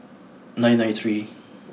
nine nine three